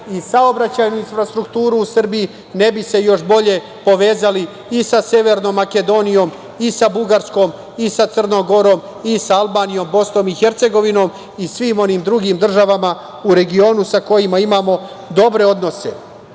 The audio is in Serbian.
i saobraćajnu infrastrukturu u Srbiji, ne bi se još bolje povezali i sa Severnom Makedonijom i sa Bugarskom i sa Crnom Gorom i sa Albanijom, Bosnom i Hercegovinom i svim onim drugim državama u regionu sa kojima imamo dobre odnose.A